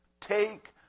Take